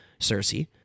Cersei